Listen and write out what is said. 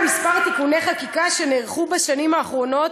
בכמה תיקוני חקיקה שנערכו בשנים האחרונות